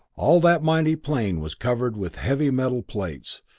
all that mighty plane was covered with heavy metal plates,